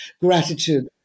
gratitude